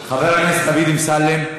חבר הכנסת דוד אמסלם,